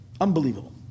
Unbelievable